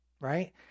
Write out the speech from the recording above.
right